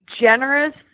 generous